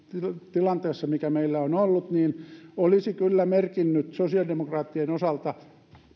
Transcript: tilanteessa mikä meillä on ollut olisi kyllä merkinnyt sosiaalidemokraattien osalta